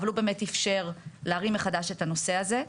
אבל הוא באמת אפשר להרים מחדש את הנושא הזה.